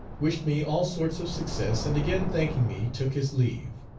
wished me all sorts of success, and again thanking me took his leave.